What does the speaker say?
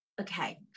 okay